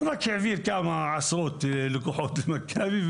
רק העביר כמה עשרות לקוחות למכבי,